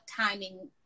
timing